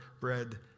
bread